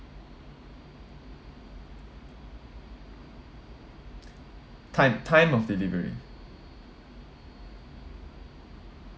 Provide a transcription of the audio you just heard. time time of delivery